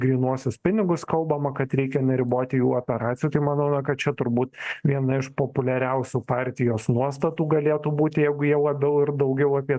grynuosius pinigus kalbama kad reikia neriboti jų operacijų tai manau na kad čia turbūt viena iš populiariausių partijos nuostatų galėtų būti jeigu jie labiau ir daugiau apie